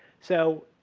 so,